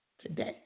today